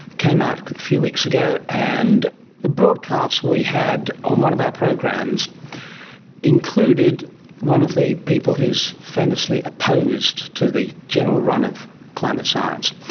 came out a few weeks ago, and the broadcast we had on one of our programs included one of the people who is famously opposed to the general run of climate science,